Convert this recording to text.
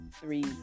three